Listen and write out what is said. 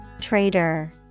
Trader